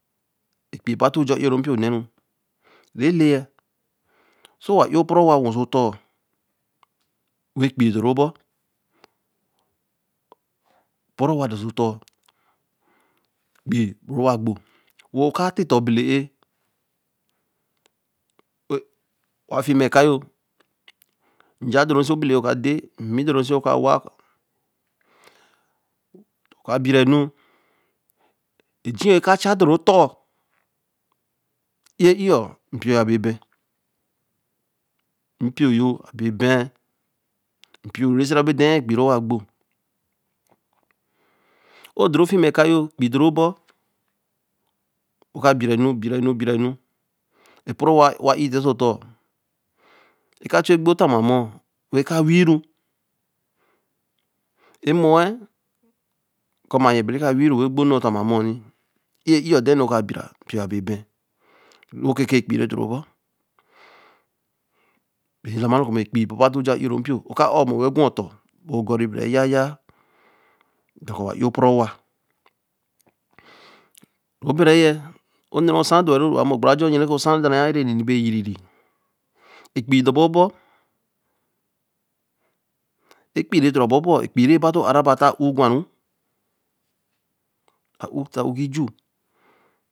epeii rebe tōo jāa ē Ōronpio na ru, re he ya, so wa ēē poru owa won so turr wen epeii dor ru bo perōo owa dor so ton, epeii boru wa gbo, wo ka tita a bele ē wa fi ma eka yo, nja dor re se obele ē a mmī dor re se oka wa, okabira nu eji yo e ka cha dor ru tor, ē ē ēyo npio yo a bere ben̄n, rol ke kēe epeii re clor ru clor ru bo, be nu la maro ku be epeii re baba tōo jāa ē Ōro npīo O ka ā hor mo wen gwa otor O gorre be ra yayah do koo wa ie eporo owa onne ro sa dor ru egbere a jor yen osan dor, epeii re don ra be bor, epeii re be tōo re ra baā laā ōow gwa ru a Oow ri ju